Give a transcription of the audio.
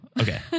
Okay